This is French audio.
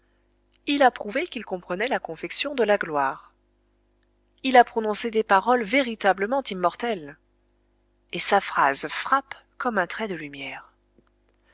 il a prouvé qu'il comprenait la confection de la gloire il a prononcé des paroles véritablement immortelles et sa phrase frappe comme un trait de lumière